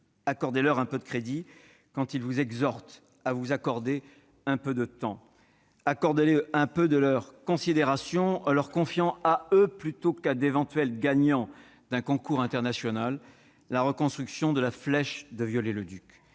accordez-leur un peu de crédit quand ils vous exhortent à vous accorder un peu de temps ; accordez-leur un peu de considération en leur confiant, à eux plutôt qu'à d'éventuels gagnants d'un concours international, la reconstruction de la flèche de Viollet-le-Duc.